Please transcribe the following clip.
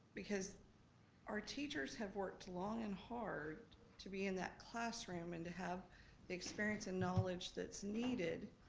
because our teachers have worked long and hard to be in that classroom and to have the experience and knowledge that's needed.